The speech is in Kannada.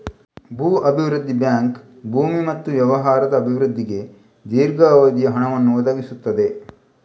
ಭೂ ಅಭಿವೃದ್ಧಿ ಬ್ಯಾಂಕ್ ಭೂಮಿ ಮತ್ತು ವ್ಯವಹಾರದ ಅಭಿವೃದ್ಧಿಗೆ ದೀರ್ಘಾವಧಿಯ ಹಣವನ್ನು ಒದಗಿಸುತ್ತದೆ